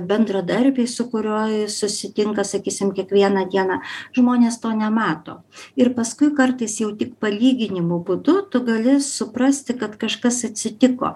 bendradarbiai su kuriuo susitinka sakysim kiekvieną dieną žmonės to nemato ir paskui kartais jau tik palyginimo būdu tu gali suprasti kad kažkas atsitiko